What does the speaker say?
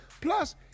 Plus